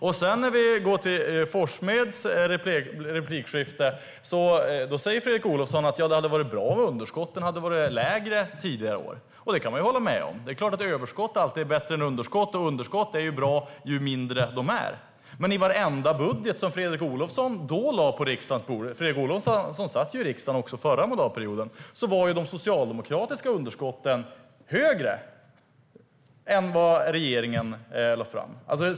I replikskiftet med Jakob Forssmed säger Fredrik Olovsson att det hade varit bra om underskotten varit lägre tidigare år. Det kan man hålla med om. Det är klart att överskott alltid är bättre än underskott, och underskott är bättre ju mindre de är. I varenda budget Fredrik Olovsson då lade på riksdagens bord - Fredrik Olovsson satt i riksdagen också under den förra mandatperioden - var de socialdemokratiska underskotten högre än i de budgetar som regeringen lade fram.